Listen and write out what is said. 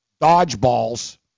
Dodgeballs